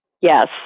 Yes